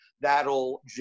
that'll